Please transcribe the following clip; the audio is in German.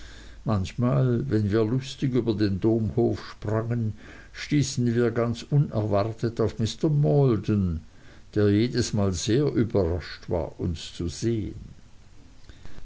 manchmal wenn wir lustig über den domhof sprangen stießen wir ganz unerwartet auf mr maldon der jedesmal sehr überrascht war uns zu sehen